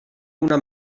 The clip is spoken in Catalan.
una